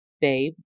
Babe